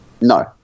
No